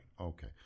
Okay